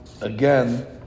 again